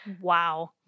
Wow